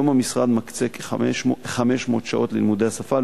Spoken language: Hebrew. היום המשרד מקצה 500 שעות ללימודי השפה,